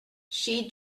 she